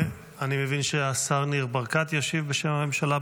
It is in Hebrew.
אני מבין שהשר ניר ברקת ישיב בשם הממשלה.